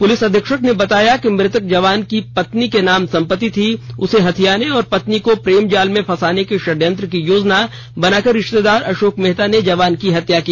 police अधीक्षक ने बताया कि मृतक जवान की पत्नी के नाम संपत्ति थी उसे हथियाने और पत्नी को प्रेम जाल में फंसाने के षड्यंत्र की योजना बनाकर रिश्तेदार अशोक मेहता ने जवान की हत्या की